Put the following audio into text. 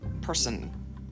person